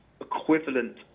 equivalent